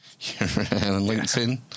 LinkedIn